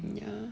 ya